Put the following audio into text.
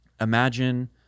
imagine